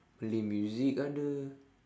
malay music ada